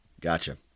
Gotcha